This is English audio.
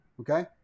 okay